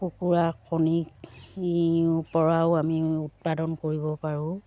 কুকুৰা কণীওপৰাও আমি উৎপাদন কৰিব পাৰোঁ